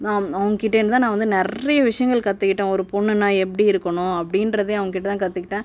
நாம் அவங்ககிட்டேருந்து தான் நான் வந்து நிறைய விஷயங்கள் கத்துக்கிட்டேன் ஒரு பொண்ணுன்னால் எப்படி இருக்கணும் அப்படின்றதையும் அவங்ககிட்ட தான் கத்துக்கிட்டேன்